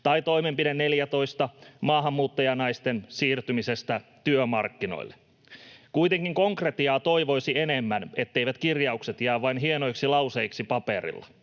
ja toimenpide 14 maahanmuuttajanaisten siirtymisestä työmarkkinoille. Kuitenkin konkretiaa toivoisi enemmän, etteivät kirjaukset jää vain hienoiksi lauseiksi paperilla.